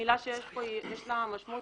מילה שיש פה יש לה משמעות